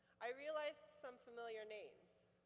i realized some familiar names.